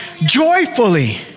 joyfully